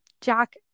Jack